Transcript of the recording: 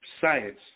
science